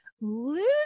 lose